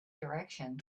direction